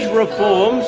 reforms